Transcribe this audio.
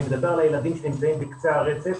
אני מדבר על ילדים שנמצאים בקצה הרצף,